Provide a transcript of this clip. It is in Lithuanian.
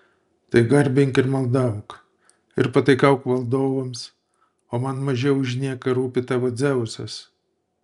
tai garbink ir maldauk ir pataikauk valdovams o man mažiau už nieką rūpi tavo dzeusas